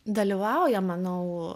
dalyvauja manau